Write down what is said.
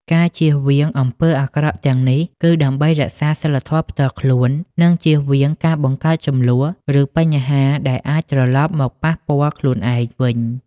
ការជៀសវាងអំពើអាក្រក់ទាំងនេះ គឺដើម្បីរក្សាសីលធម៌ផ្ទាល់ខ្លួន និងជៀសវាងការបង្កើតជម្លោះ ឬបញ្ហាដែលអាចត្រលប់មកប៉ះពាល់ខ្លួនឯងវិញ។